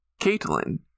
Caitlin